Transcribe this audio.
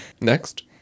Next